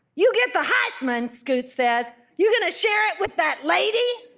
you get the heisman scoot says, you gonna share it with that lady?